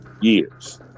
years